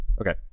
Okay